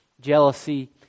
jealousy